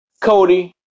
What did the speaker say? Cody